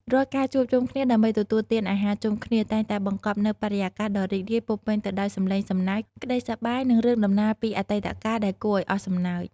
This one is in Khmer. រាល់ការជួបជុំគ្នាដើម្បីទទួលទានអាហារជុំគ្នា តែងតែបង្កប់នូវបរិយាកាសដ៏រីករាយពោរពេញទៅដោយសំឡេងសំណើច ក្ដីសប្បាយ និងរឿងដំណាលពីអតីតកាលដែលគួរឱ្យអស់សំណើច។